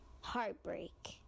heartbreak